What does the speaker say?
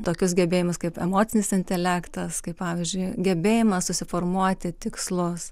tokius gebėjimus kaip emocinis intelektas kaip pavyzdžiui gebėjimas susiformuoti tikslus